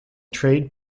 trade